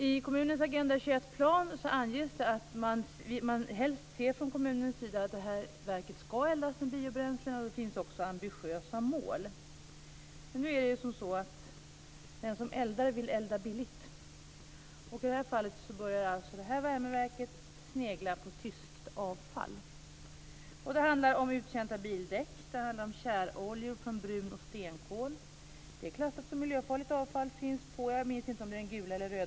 I kommunens Agenda 21-plan anges det att man från kommunen helst ser att detta verk eldas med biobränslen. Det finns också ambitiösa mål. Men den som eldar vill elda billigt. Och i detta fall börjar detta värmeverk snegla på tyskt avfall. Det handlar om uttjänta bildäck och tjäroljor från brun och stenkol, vilket är klassat som miljöfarligt avfall och finns på den gula eller den röda listan, jag minns inte vilken.